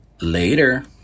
Later